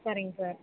சரிங்க சார்